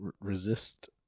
resist